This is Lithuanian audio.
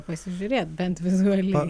pasižiūrėt bent vizualiai